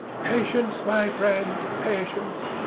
patience, my friend, patience!